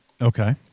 Okay